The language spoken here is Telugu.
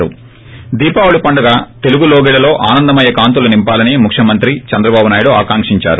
ి స్టే దీపావళి పండగ తెలుగు లోగిళ్లలో ఆనందమయ కాంతులు నింపాలని ముఖ్యమంత్రి చంద్రబాబు నాయుడు ఆకాంకించారు